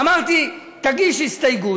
אמרתי: תגיש הסתייגות.